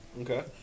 Okay